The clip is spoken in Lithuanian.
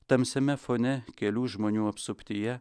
tamsiame fone kelių žmonių apsuptyje